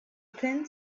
thin